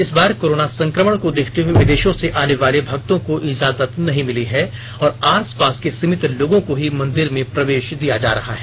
इस बार कोरोना संक्रमण को देखते हुए विदेशों से आनेवाले भक्तों को इजाजत नहीं मिली है और आसपास के सीमित लोगों को ही मंदिर में प्रवेश दिया जा रहा है